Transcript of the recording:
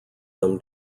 them